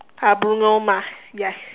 ah Bruno Mars yes